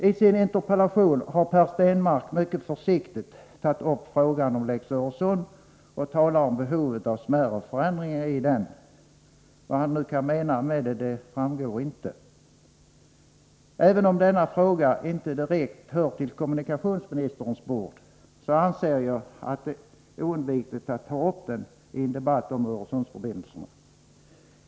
I sin interpellation har Per Stenmarck mycket försiktigt tagit upp frågan om lex Öresund och påtalat behovet av smärre förändringar i den. Vad han kan mena med det framgår inte. Även om denna fråga inte direkt hör till kommunikationsministerns bord, anser jag det oundvikligt att ta upp denien debatt om Öresundsförbindelserna.